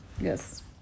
Yes